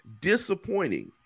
disappointing